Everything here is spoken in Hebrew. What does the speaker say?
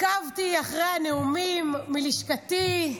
עקבתי אחרי הנאומים מלשכתי.